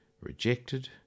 rejected